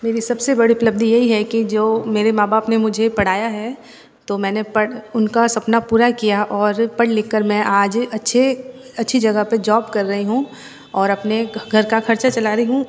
मेरी सबसे बड़ी उपलब्धि यही है कि जो मेरे माँ बाप ने मुझे पढ़ाया है तो मैंने पढ़ उनका सपना पूरा किया और पढ़ लिखकर मैं आज अच्छे अच्छी जगह पे जॉब कर रही हूँ और अपने घर का खर्चा चला रही हूँ